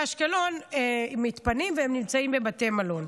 אשקלון מתפנים והם נמצאים בבתי מלון.